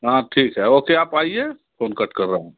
हाँ ठीक है ओके आप आइए मैं फ़ोन कट कर रहा हूँ